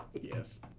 Yes